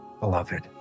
beloved